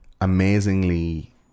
amazingly